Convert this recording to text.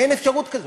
אין אפשרות כזאת.